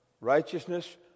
righteousness